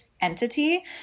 entity